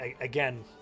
again